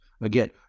Again